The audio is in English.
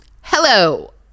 Hello